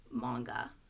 manga